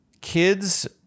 kids